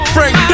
Frank